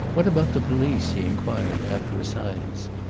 what about the police? he inquired after a silence.